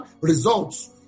results